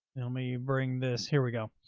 you know me bring this. here we go.